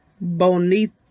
Bonita